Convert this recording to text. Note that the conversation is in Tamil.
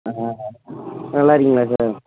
ஆ நல்லாருக்கீங்களா சார்